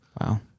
Wow